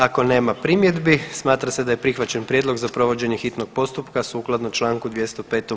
Ako nema primjedbi smatra se da je prihvaćen prijedlog za provođenje hitnog postupka sukladno Članku 205.